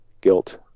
Guilt